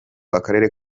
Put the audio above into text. akarere